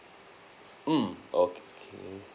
mm okay